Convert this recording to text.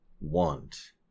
want